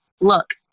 Look